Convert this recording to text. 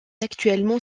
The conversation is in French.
actuellement